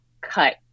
cut